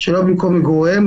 שאינה במקום מגוריהם.